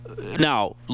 now